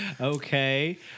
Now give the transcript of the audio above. Okay